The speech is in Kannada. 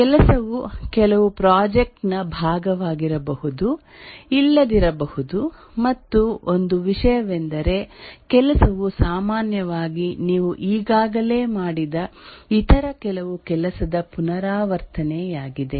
ಕೆಲಸವು ಕೆಲವು ಪ್ರಾಜೆಕ್ಟ್ ನ ಭಾಗವಾಗಿರಬಹುದು ಇಲ್ಲದಿರ ಬಹುದು ಮತ್ತು ಒಂದು ವಿಷಯವೆಂದರೆ ಕೆಲಸವು ಸಾಮಾನ್ಯವಾಗಿ ನೀವು ಈಗಾಗಲೇ ಮಾಡಿದ ಇತರ ಕೆಲವು ಕೆಲಸದ ಪುನರಾವರ್ತನೆಯಾಗಿದೆ